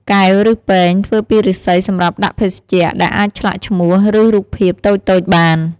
កែវ ឬពែង ធ្វើពីឫស្សីសម្រាប់ដាក់ភេសជ្ជៈ ដែលអាចឆ្លាក់ឈ្មោះ ឬរូបភាពតូចៗបាន។